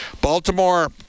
Baltimore